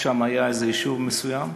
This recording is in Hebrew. ששם היה איזה יישוב מסוים.